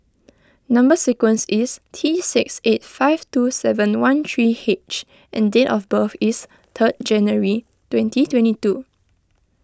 Number Sequence is T six eight five two seven one three H and date of birth is third January twenty twenty two